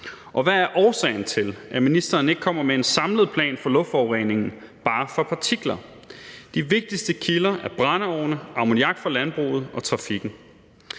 Og hvad er årsagen til, at ministeren ikke kommer med en samlet plan for luftforureningen og bare for partikler? De vigtigste kilder er brændeovne, ammoniak fra landbruget og trafikken.